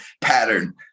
pattern